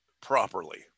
properly